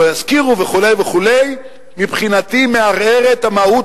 לא ישכירו וכו' וכו' מבחינתי מערער את המהות